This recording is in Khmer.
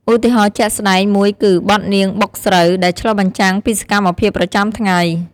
ឧទាហរណ៍ជាក់ស្ដែងមួយគឺ "បទនាងបុកស្រូវ" ដែលឆ្លុះបញ្ចាំងពីសកម្មភាពប្រចាំថ្ងៃ។